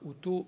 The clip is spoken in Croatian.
u tu